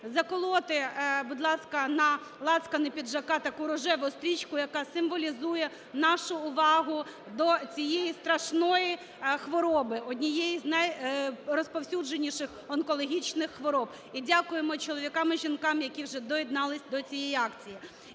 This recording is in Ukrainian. заколоти, будь ласка, на лацкани піджака таку рожеву стрічку, яка символізує нашу увагу до цієї страшної хвороби, однієї з найрозповсюдженіших онкологічних хвороб і дякуємо чоловікам і жінкам, які вже доєднались до цієї акції.